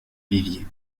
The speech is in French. viviers